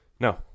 No